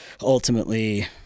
ultimately